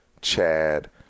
Chad